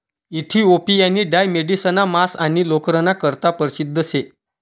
इथिओपियानी डाय मेढिसना मांस आणि लोकरना करता परशिद्ध शे